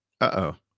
Uh-oh